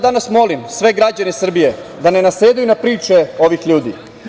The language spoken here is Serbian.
Danas ja molim sve građane Srbije da ne nasedaju na priče ovih ljudi.